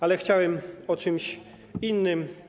Ale chciałem o czymś innym.